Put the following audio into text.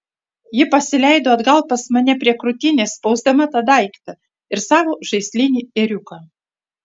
ji pasileido atgal pas mane prie krūtinės spausdama tą daiktą ir savo žaislinį ėriuką